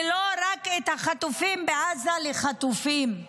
ולא רק את החטופים בעזה, לחטופים.